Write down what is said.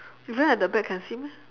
even at the back can see meh